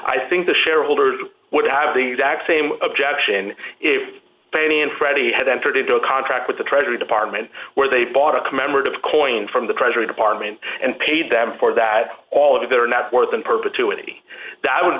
i think the shareholders would have the exact same objection if fannie and freddie had entered into a contract with the treasury department where they bought a commemorative coin from the treasury department and paid them for that all of it or not more than perpetuity that would